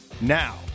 Now